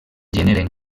generen